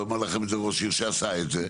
ואומר לכם את זה ראש עיר שעשה את זה.